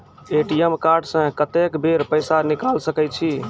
ATM card से कत्तेक बेर पैसा निकाल सके छी?